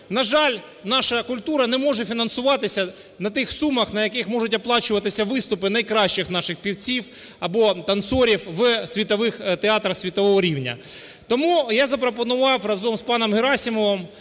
на жаль, наша культура не може фінансуватися на тих сумах, на яких можуть оплачуватися виступи найкращих наших співаків або танцорів в світових театрах світового рівня. Тому я запропонував, разом з паном Герасимовим,